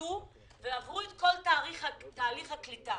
שנקלטו ועברו את כל תהליך הקליטה.